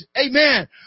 Amen